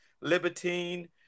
Libertine